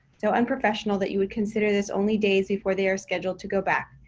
so unprofessional that you would consider this only days before they are scheduled to go back.